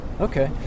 Okay